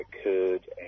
occurred